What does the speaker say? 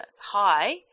high